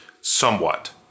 somewhat